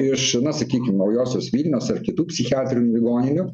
iš na sakykim naujosios vilnios ar kitų psichiatrinių ligoninių